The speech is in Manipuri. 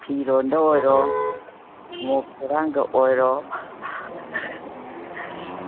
ꯐꯤꯔꯣꯟꯗ ꯑꯣꯏꯔꯣ ꯊꯨꯃꯣꯛ ꯊꯣꯔꯥꯡꯗ ꯑꯣꯏꯔꯣ